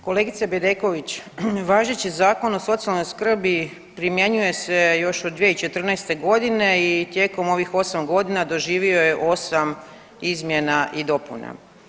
Kolegice Bedeković, važeći Zakon o socijalnoj skrbi primjenjuje se još od 2014.g. i tijekom ovih 8.g. doživio je 8 izmjena i dopuna.